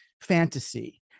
fantasy